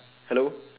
hello